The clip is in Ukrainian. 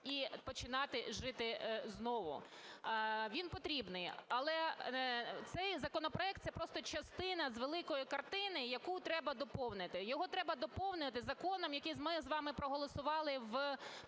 і починати жити знову. Він потрібний. Але цей законопроект – це просто частина з великої картини, яку треба доповнити. Його треба доповнити законом, який ми з вами проголосували в